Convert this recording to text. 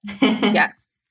Yes